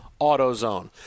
AutoZone